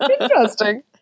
interesting